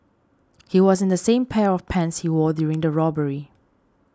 he was in the same pair of pants he wore during the robbery